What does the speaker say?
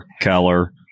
Keller